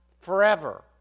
forever